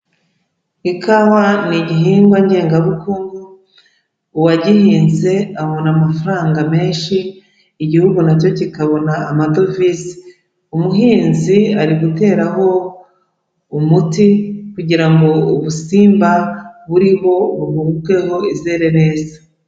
Ikawa ni igihingwa ngengabukungu, uwagihinze abona amafaranga menshi, igihugu na cyo kikabona amadovize. Umuhinzi ari guteraho umuti kugira ngo ubusimba buriho buhubukeho izere neza.